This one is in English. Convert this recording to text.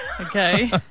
Okay